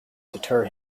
deter